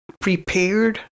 prepared